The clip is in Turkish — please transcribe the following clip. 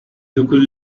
dokuz